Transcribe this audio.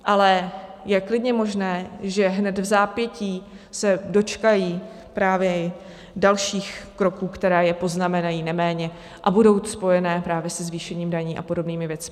Ale je klidně možné, že hned vzápětí se dočkají právě i dalších kroků, které je poznamenají neméně a budou spojené právě se zvýšením daní a podobnými věcmi.